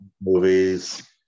movies